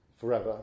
forever